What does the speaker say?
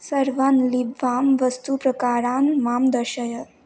सर्वान् लिप् बां वस्तुप्रकारान् मां दर्शय